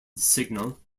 signal